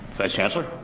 vice chancellor.